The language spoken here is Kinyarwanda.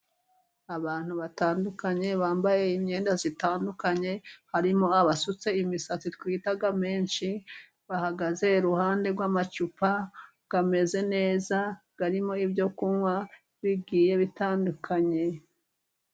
Abantu batandukanye, bambaye imyenda itandukanye, harimo abasutse imisatsi twita menshi, bahagaze iruhande rw'amacupa ameze neza, arimo ibyo kunywa bigiye bitandukanye.